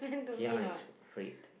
kia is afraid